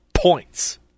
Points